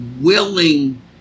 willing